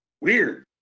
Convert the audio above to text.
Weird